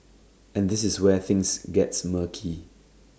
and this is where things gets murky